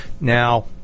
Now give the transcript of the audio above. Now